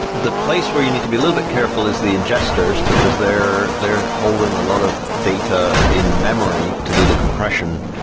the place where you need to be little bit careful is the ingesters, because they're they're holding a lot of data in-memory to do the compression,